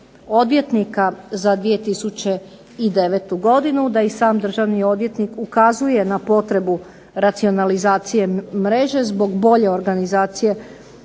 odvjetnika za 2009. godinu da i sam državni odvjetnik ukazuje na potrebu racionalizacije mreže zbog bolje organizacije